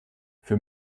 für